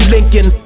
Lincoln